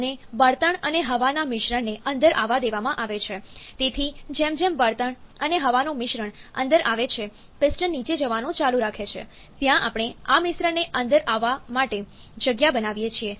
અને બળતણ અને હવાના મિશ્રણને અંદર આવવા દેવામાં આવે છે તેથી જેમ જેમ બળતણ અને હવાનું મિશ્રણ અંદર આવે છે પિસ્ટન નીચે જવાનું ચાલુ રાખે છે ત્યાં આપણે આ મિશ્રણને અંદર આવવા માટે જગ્યા બનાવીએ છીએ